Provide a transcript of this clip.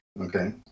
Okay